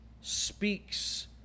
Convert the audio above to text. speaks